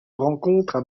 rencontrent